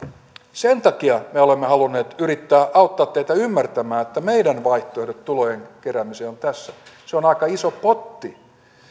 sen takia me olemme halunneet yrittää auttaa teitä ymmärtämään että meidän vaihtoehtomme tulojen keräämiseen ovat tässä se on aika iso potti